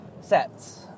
sets